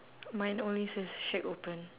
mine only says shack open